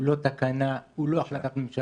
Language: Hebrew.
הוא לא תקנה, הוא לא החלטת ממשלה.